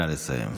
נא לסיים.